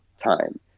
time